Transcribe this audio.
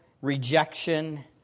rejection